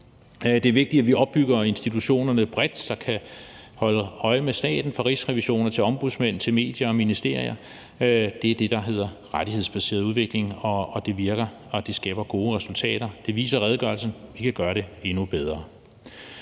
Det er vigtigt, at vi opbygger institutionerne bredt, så man kan holde øje med staten fra rigsrevision til ombudsmænd, fra medier til ministerier. Det er det, der hedder rettighedsbaseret udvikling. Det virker, og det skaber gode resultater; det viser redegørelsen. Men vi kan gøre det endnu bedre.